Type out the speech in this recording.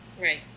Right